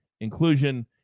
inclusion